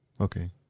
okay